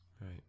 Right